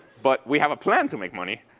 but we have a plan to make money.